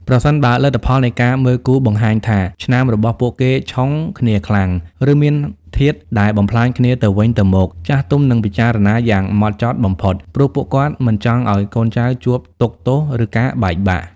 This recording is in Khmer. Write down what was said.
ប្រសិនបើលទ្ធផលនៃការមើលគូបង្ហាញថាឆ្នាំរបស់ពួកគេ "ឆុង" គ្នាខ្លាំង ឬមានធាតុដែលបំផ្លាញគ្នាទៅវិញទៅមក ចាស់ទុំនឹងពិចារណាយ៉ាងម៉ត់ចត់បំផុត ព្រោះពួកគាត់មិនចង់ឱ្យកូនចៅជួបទុក្ខទោស ឬការបែកបាក់។